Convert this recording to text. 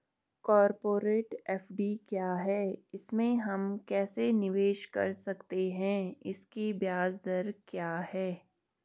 Corporate FD क्या है इसमें हम कैसे निवेश कर सकते हैं इसकी ब्याज दर क्या है?